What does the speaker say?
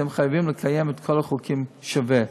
אתם חייבים לקיים את כל החוקים בשווה,